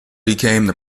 became